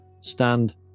stand